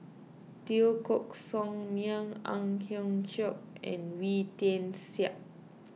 Teo Koh Sock Miang Ang Hiong Chiok and Wee Tian Siak